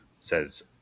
says